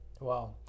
Wow